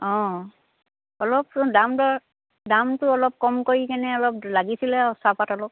অঁ অলপ দাম দৰ দামটো অলপ কম কৰি কেনে অলপ লাগিছিলে আৰু চাহপাত অলপ